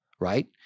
right